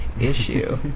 issue